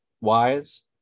wise